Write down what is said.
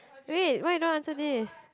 wait wait no answer this